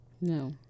no